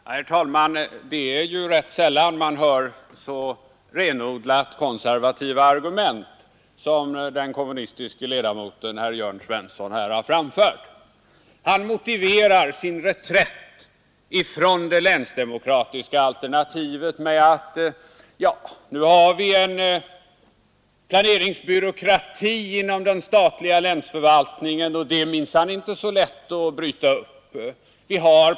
Herr talman! Det är rätt sällan man hör så renodlat konservativa argument som de som här framfördes av den kommunistiske ledamoten Jörn Svensson. Han motiverar sin reträtt från det länsdemokratiska alternativet med att vi har en planeringsbyråkrati inom den statliga länsförvaltningen och att det minsann inte är så lätt att bryta upp den.